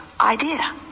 idea